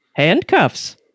handcuffs